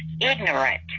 ignorant